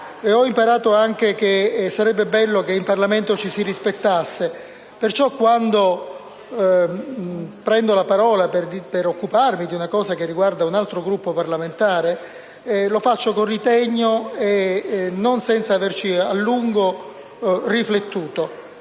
ho imparato anche che sarebbe bello che in Parlamento ci si rispettasse. Perciò, quando prendo la parola per occuparmi di una cosa che riguarda un altro Gruppo parlamentare, lo faccio con ritegno e non senza averci riflettuto